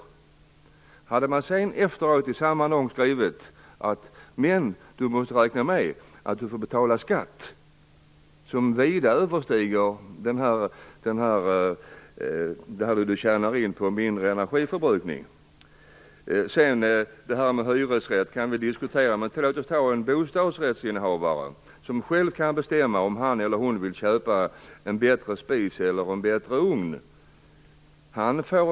Men hur blir det om man sedan i samma annons skriver att man dock måste räkna med att behöva betala en skatt som vida överstiger vad man tjänar på att få en mindre energiförbrukning? Det här med hyresrätt kan alltid diskuteras. Men en bostadsrättsinnehavare kan själv bestämma om han eller hon skall köpa en bättre spis eller en bättre ugn.